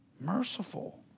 Merciful